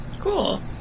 Cool